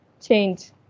change